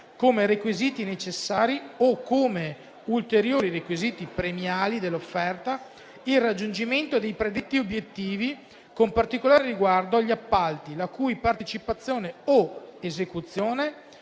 come requisiti necessari o come ulteriori requisiti premiali dell'offerta, il raggiungimento dei predetti obiettivi, con particolare riguardo agli appalti la cui partecipazione o esecuzione